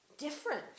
Different